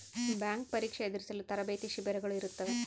bank ಪರೀಕ್ಷೆ ಎದುರಿಸಲು ತರಬೇತಿ ಶಿಬಿರಗಳು ಇರುತ್ತವೆ